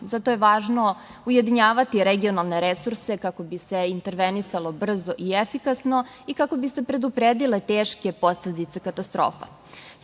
Zato je važno ujedinjavati regionalne resurse kako bi se intervenisalo brzo i efikasno i kako bi se predupredile teške posledice katastrofa.